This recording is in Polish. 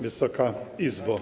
Wysoka Izbo!